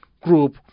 group